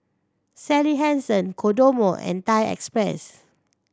Sally Hansen Kodomo and Thai Express